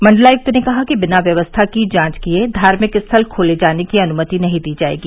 मण्डलायुक्त ने कहा कि बिना व्यवस्था की जांच किए धार्मिक स्थल खोले जाने की अनुमति नहीं दी जाएगी